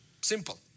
Simple